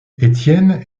étienne